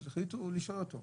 אז החליטו לשאול אותו.